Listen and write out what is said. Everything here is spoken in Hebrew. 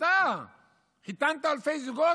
אתה חיתנת אלפי זוגות,